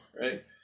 right